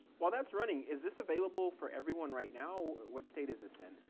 while that's running, is this available for everyone right now? what state is this in?